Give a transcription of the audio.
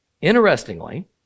Interestingly